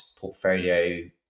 portfolio